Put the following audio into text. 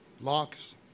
locks